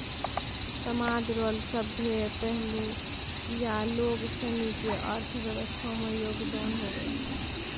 समाज रो सभ्भे पहलू या लोगसनी के अर्थव्यवस्था मे योगदान हुवै छै